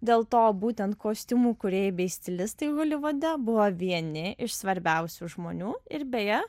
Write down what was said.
dėl to būtent kostiumų kūrėjai bei stilistai holivude buvo vieni iš svarbiausių žmonių ir beje